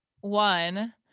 One